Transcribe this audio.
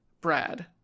Brad